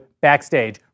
BACKSTAGE